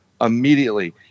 immediately